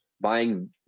buying